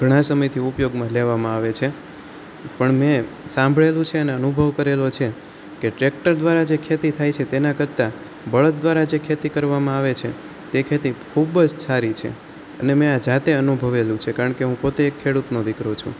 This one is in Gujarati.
ઘણા સમયથી ઉપયોગમાં લેવામાં આવે છે પણ મેં સાંભળેલું છે ને અનુભવ કરેલો છે કે ટ્રેક્ટર દ્વારા જે ખેતી થાય છે તેનાં કરતાં બળદ દ્વારા જે ખેતી કરવામાં આવે છે તે ખેતી ખૂબ જ સારી છે અને મેં આ જાતે અનુભવેલું છે કારણ કે હું પોતે એક ખેડૂતનો દીકરો છું